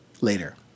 later